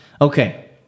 Okay